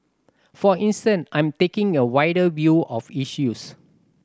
for instance I'm taking a wider view of issues